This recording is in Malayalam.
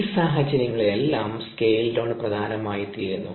ഈ സാഹചര്യങ്ങളിലെല്ലാംസ്കെയിൽ ഡൌൺ പ്രധാനമായിത്തീരുന്നു